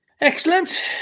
Excellent